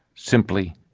simply,